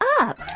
up